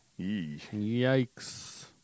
Yikes